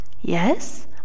Yes